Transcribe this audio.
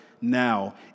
now